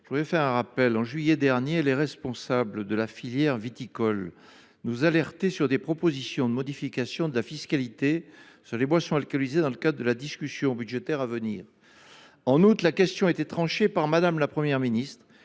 je tiens à rappeler qu’en juillet dernier les responsables de la filière viticole nous alertaient sur des propositions de modification de la fiscalité sur les boissons alcoolisées dans le cadre de la discussion budgétaire à venir. La question a été tranchée par Mme la Première ministre